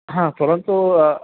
हा परन्तु